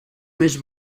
més